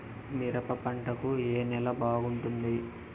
మిరప పంట కు ఏ నేల బాగుంటుంది?